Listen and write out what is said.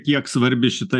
kiek svarbi šita